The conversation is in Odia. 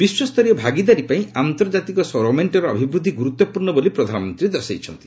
ବିଶ୍ୱସ୍ତରୀୟ ଭାଗିଦାରୀ ପାଇଁ ଆନ୍ତର୍ଜାତିକ ସୌର ମେଣ୍ଟର ଅଭିବୃଦ୍ଧି ଗୁରୁତ୍ୱପୂର୍ଣ୍ଣ ବୋଲି ପ୍ରଧାନମନ୍ତୀ ଦର୍ଶାଇଛନ୍ତି